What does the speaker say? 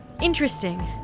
Interesting